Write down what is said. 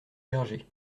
bergers